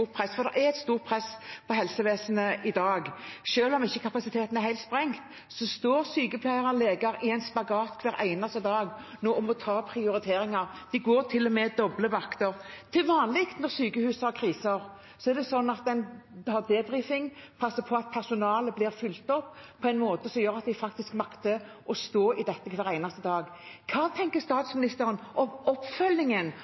helt sprengt – står sykepleiere og leger nå i en spagat hver eneste dag når det gjelder å gjøre prioriteringer. De går til og med doble vakter. Til vanlig når sykehus har kriser, er det sånn at en har en debrifing og passer på at personalet blir fulgt opp på en måte som gjør at de makter å stå i dette hver eneste dag. Hva tenker